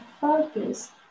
focus